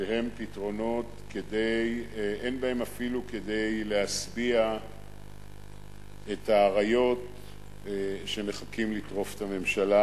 שאין בהם די אפילו כדי להשביע את האריות שמחכים לטרוף את הממשלה,